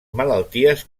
malalties